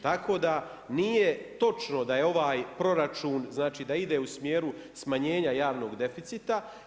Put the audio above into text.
Tako da nije točno da je ovaj proračun, znači da ide u smjeru smanjenja javnog deficita.